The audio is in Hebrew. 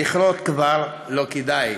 / לכרות כבר לא כדאי,